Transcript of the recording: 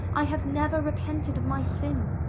i have never repented of my sin.